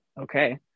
okay